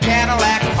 Cadillac